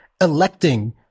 electing